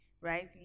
right